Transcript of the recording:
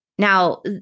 Now